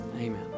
Amen